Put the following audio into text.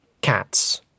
Cats